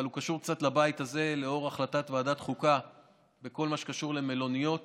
אבל הוא קשור קצת לבית הזה לאור החלטת ועדת החוקה בכל מה שקשור למלוניות